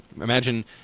imagine